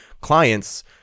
clients